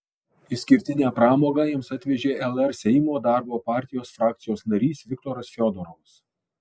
išskirtinę pramogą jiems atvežė lr seimo darbo partijos frakcijos narys viktoras fiodorovas